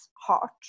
heart